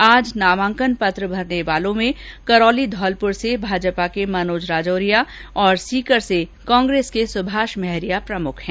आज नामांकन पत्र भरने वालों में करौली धौलपुर से भाजपा के मनोज राजौरिया और सीकर से कांग्रेस के सुभाष महरिया प्रमुख हैं